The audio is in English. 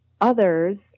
others